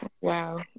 wow